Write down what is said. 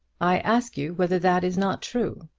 i ask you whether that is not true?